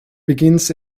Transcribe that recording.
begins